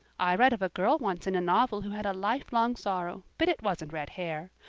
i read of a girl once in a novel who had a lifelong sorrow but it wasn't red hair.